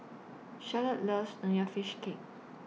Charlotte loves Nonya Fish Cake